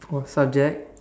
or subject